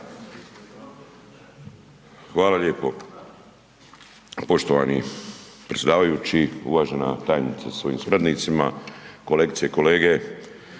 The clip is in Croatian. Hvala lijepo. Poštovani predsjedavajući, uvažena tajnice sa svojim suradnicima, kolegice i kolege,